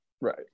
Right